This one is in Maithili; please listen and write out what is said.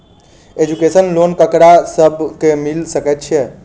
एजुकेशन लोन ककरा सब केँ मिल सकैत छै?